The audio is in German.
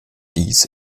dies